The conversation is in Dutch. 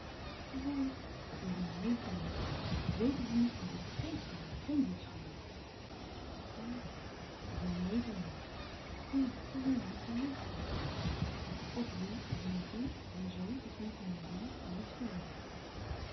ze zijn ze zijn neef en nicht dat weten ze niet maar dat is geen schande geen bloedschande het is waar ze zijn neef en nicht ja ze zijn neef en nicht ottilie is mijn kind haar zoon is mijn kleinzoon elly's vader